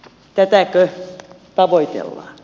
arvoisa puhemies